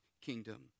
kingdom